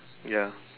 ya